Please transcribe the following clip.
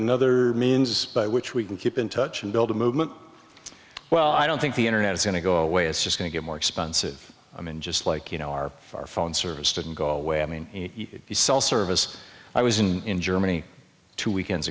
another means by which we can keep in touch and build a movement well i don't think the internet is going to go away it's just going to get more expensive i mean just like you know our car phone service didn't go away i mean cell service i was in germany two weekends